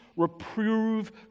reprove